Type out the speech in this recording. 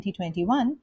2021